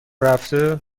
رفته